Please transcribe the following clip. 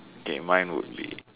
okay mine would be